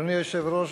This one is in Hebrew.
אדוני היושב-ראש,